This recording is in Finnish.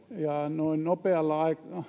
noin nopealla